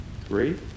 three